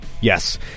Yes